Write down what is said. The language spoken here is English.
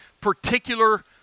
particular